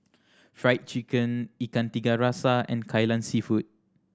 Fried Chicken Ikan Tiga Rasa and Kai Lan Seafood